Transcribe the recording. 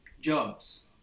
jobs